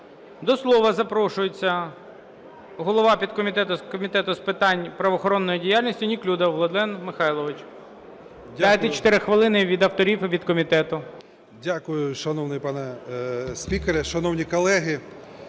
До слова запрошується голова підкомітету Комітету з питань правоохоронної діяльності Неклюдов Владлен Михайлович. Дайте 4 хвилини від авторів і від комітету. 13:02:03 НЕКЛЮДОВ В.М. Дякую, шановний пане спікере. Шановні колеги,